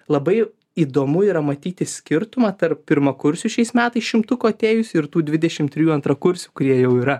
labai įdomu yra matyti skirtumą tarp pirmakursių šiais metais šimtuko atėjusių ir tų dvidešimt trijų antrakursių kurie jau yra